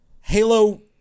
Halo